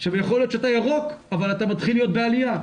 יכול להיות שאתה ירוק, אבל אתה מתחיל להיות בעליה.